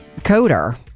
coder